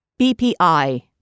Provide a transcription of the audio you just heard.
BPI